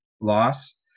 loss